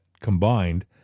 combined